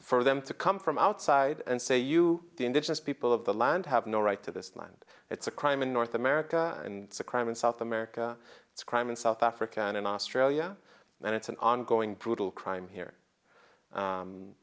for them to come from outside and say you the indigenous people of the land have no right to this land it's a crime in north america and a crime in south america it's a crime in south africa and in australia and it's an ongoing brutal crime here